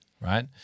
right